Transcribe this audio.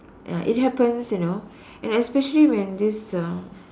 ya it happens you know and especially when this uh